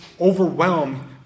overwhelm